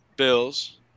Bills